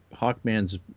hawkman's